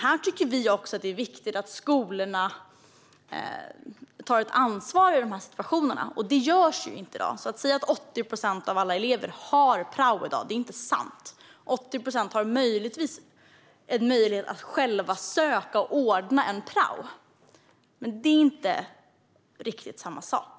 Vi tycker att det är viktigt att skolorna tar ett ansvar i dessa situationer, och det sker inte i dag. Det är inte sant att 80 procent av alla elever har prao i dag. Kanske har 80 procent möjlighet att själva söka och ordna prao, men det är inte samma sak.